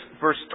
verse